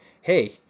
hey